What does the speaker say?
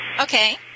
Okay